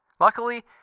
Luckily